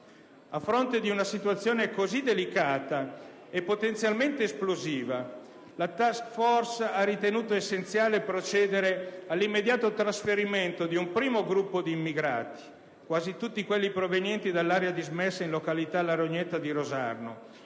A fronte di una situazione così delicata e potenzialmente esplosiva, la *task force* ha ritenuto essenziale procedere all'immediato trasferimento di un primo gruppo di immigrati - quasi tutti quelli provenienti dall'area dismessa in località la Rognetta di Rosarno